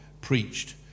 preached